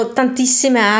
tantissime